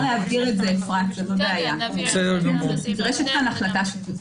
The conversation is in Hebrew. נבהיר את זה.